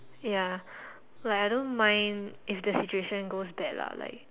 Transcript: ya like I don't mind if the situation goes bad lah like